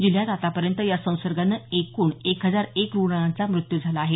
जिल्ह्यात आतापर्यंत या संसर्गाने एकूण एक हजार एक रुग्णांचा मृत्यू झाला आहे